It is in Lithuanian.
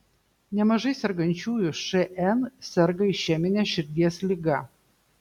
nemažai sergančiųjų šn serga išemine širdies liga